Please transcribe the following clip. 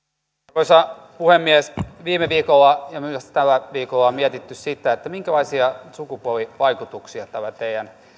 arvoisa puhemies viime viikolla ja myös tällä viikolla on mietitty sitä minkälaisia sukupuolivaikutuksia tällä teidän